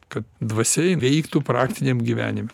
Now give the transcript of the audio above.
kad dvasia veiktų praktiniam gyvenime